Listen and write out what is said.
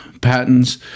patents